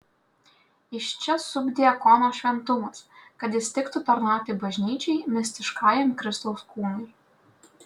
iš čia subdiakono šventumas kad jis tiktų tarnauti bažnyčiai mistiškajam kristaus kūnui